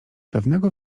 pewnego